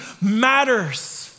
matters